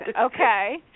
Okay